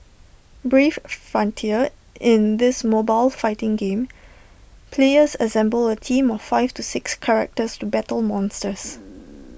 brave frontier in this mobile fighting game players assemble A team of five to six characters to battle monsters